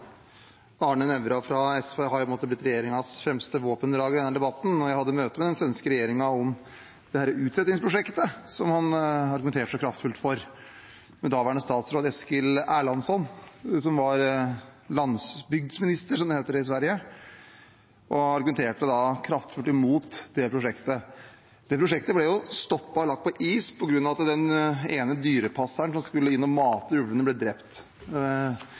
blitt regjeringens fremste våpendrager i denne debatten. Jeg hadde møte med den svenske regjeringen om dette utsettingsprosjektet som han argumenterte så kraftfullt for, med daværende statsråd Eskil Erlandsson, som var landsbygdminister, som det heter i Sverige, og som argumenterte kraftfullt imot det prosjektet. Det prosjektet ble stoppet og lagt på is på grunn av at den ene dyrepasseren som skulle inn og mate ulvene, ble drept